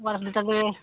ଓ R S ଦୁଇଟା ଦେ